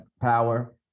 power